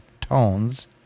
Tones